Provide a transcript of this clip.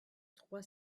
trois